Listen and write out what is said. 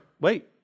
wait